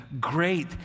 great